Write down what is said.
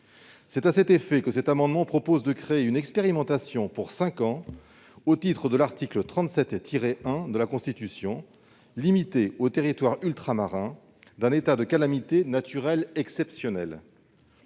perspective, le présent amendement tend à créer une expérimentation pour cinq ans au titre de l'article 37-1 de la Constitution, limitée aux territoires ultramarins, d'un état de calamité naturelle exceptionnelle.